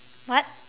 what